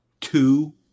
two